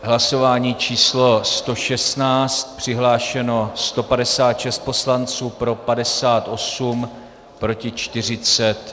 Hlasování číslo 116, přihlášeno 156 poslanců, pro 58, proti 40.